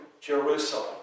Jerusalem